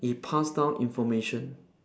it pass down information